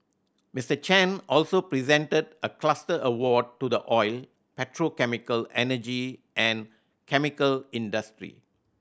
Mister Chan also presented a cluster award to the oil petrochemical energy and chemical industry